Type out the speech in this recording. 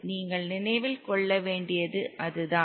நீங்கள் நினைவில் கொள்ள வேண்டியது அதுதான்